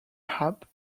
app